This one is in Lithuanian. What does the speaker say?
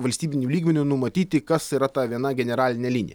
valstybiniu lygmeniu numatyti kas yra ta viena generalinė linija